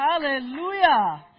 Hallelujah